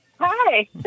Hi